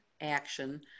action